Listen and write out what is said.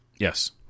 yes